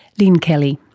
lynne kelly.